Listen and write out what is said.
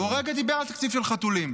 הוא הרגע דיבר על תקציב של חתולים.